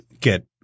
get